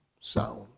sound